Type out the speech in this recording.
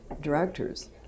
directors